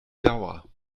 dauer